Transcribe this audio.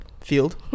field